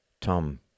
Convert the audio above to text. Tom